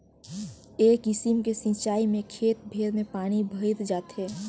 ए किसिम के सिचाई में खेत भेर में पानी भयर जाथे